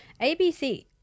abc